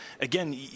again